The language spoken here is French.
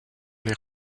les